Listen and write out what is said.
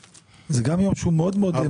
גם זה יום שהוא מאוד מאוד חשוב.